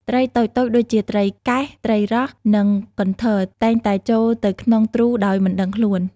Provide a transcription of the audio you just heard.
ត្រីតូចៗដូចជាត្រីកែស ត្រីរស់ និងកន្ធរ តែងតែចូលទៅក្នុងទ្រូដោយមិនដឹងខ្លួន។